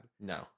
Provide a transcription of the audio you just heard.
No